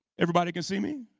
everybody can see me?